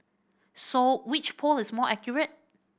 so which poll is more accurate